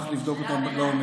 אני אשמח לבדוק אותם לעומק.